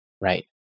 Right